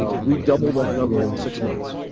ah we doubled that number in six months.